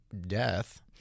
death